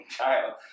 child